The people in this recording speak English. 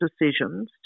decisions